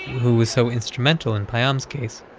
who was so instrumental in payam's case,